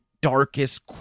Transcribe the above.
darkest